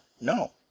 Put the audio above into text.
No